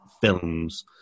films